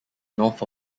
north